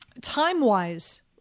Time-wise